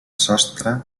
sostre